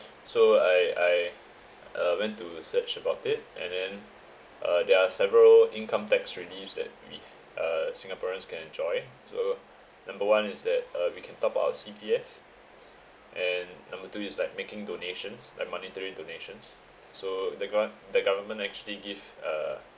so I I uh went to search about it and then uh there are several income tax reliefs that we uh singaporeans can enjoy so number one is that uh we can top up our C_P_F and number two is like making donations like monetary donations so the gov~ the government actually give uh